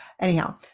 anyhow